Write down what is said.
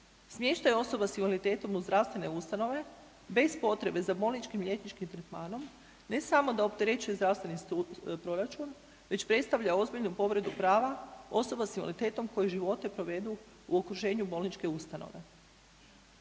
Smještaj osoba s invaliditetom u zdravstvene ustanove, bez potrebe za bolničkim liječničkim tretmanom, ne samo da opterećuje zdravstveni proračun, već predstavlja ozbiljnu povredu prava osoba s invaliditetom koji živote provedu u okruženju bolničke ustanove.